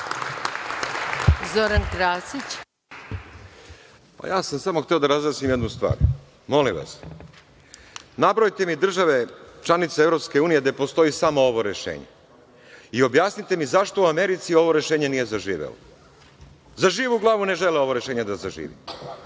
**Zoran Krasić** Ja sam samo hteo da razjasnim jednu stvar. Molim vas, nabrojte mi države, članice EU, gde postoji samo ovo rešenje? Objasnite mi zašto u Americi ovo rešenje nije zaživelo? Za živu glavu ne žele da ovo rešenje zaživi. Vi